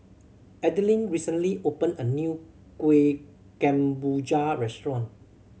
Adeline recently opened a new Kuih Kemboja restaurant